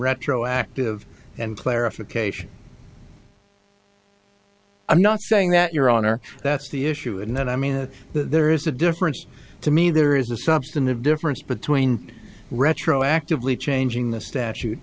retroactive and clarification i'm not saying that your honor that's the issue and that i mean there is a difference to me there is a substantive difference between retroactively changing the statute